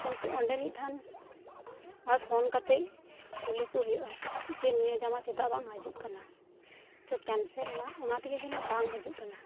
ᱠᱤᱱᱛᱩ ᱚᱰᱮᱸ ᱢᱤᱫ ᱫᱷᱟᱣ ᱦᱚᱸ ᱯᱷᱳᱱ ᱠᱟᱛᱮᱫ ᱠᱩᱞᱤ ᱠᱚ ᱦᱩᱭᱩᱜᱼᱟ ᱡᱮ ᱱᱚᱭᱟᱹ ᱡᱟᱢᱟ ᱪᱮᱫᱟᱜ ᱵᱟᱝ ᱦᱤᱡᱩᱜ ᱠᱟᱱᱟ ᱛᱚ ᱠᱮᱱᱥᱮᱞ ᱮᱱᱟ ᱚᱱᱟ ᱛᱮᱜᱮ ᱡᱮᱱᱚ ᱵᱟᱝ ᱦᱤᱡᱩᱜ ᱠᱟᱱᱟ